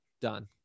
done